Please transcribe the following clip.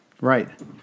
Right